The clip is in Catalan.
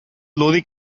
lúdic